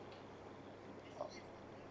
uh